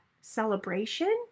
celebration